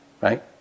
right